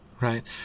Right